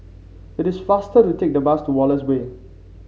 it is faster to take the bus to Wallace Way